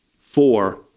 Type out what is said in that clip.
four